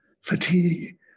fatigue